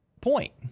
point